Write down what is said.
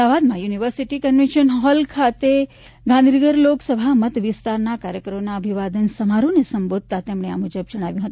અમદાવાદમાં university convention hall ખાતે ગાંધીનગર લોકસભા મત વિસ્તારના કાર્યકરોના અભિવાદન સમારોહને સંબોધતાં તેમણે આ મુજબ જણાવ્યું હતું